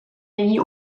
není